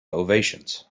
ovations